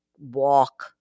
walk